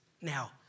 now